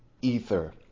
ether